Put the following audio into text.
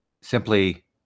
simply